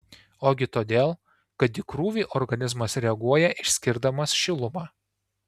ogi todėl kad į krūvį organizmas reaguoja išskirdamas šilumą